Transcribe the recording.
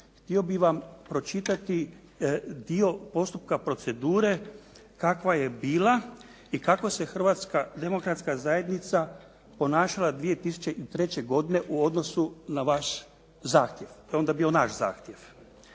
htio bih vam pročitati dio postupka procedure kakva je bila i kako se Hrvatska demokratska zajednica ponašala 2003. godine u odnosu na vaš zahtjev.